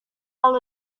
lalu